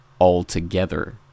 altogether